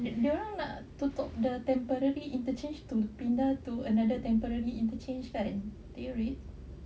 dorang nak tutup the temporary interchange to pindah to another temporary interchange kan did you read